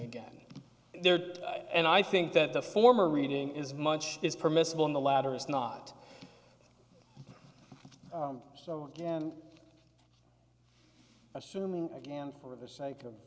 again there and i think that the former reading is much is permissible in the latter is not so again assuming again for the sake of